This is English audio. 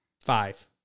Five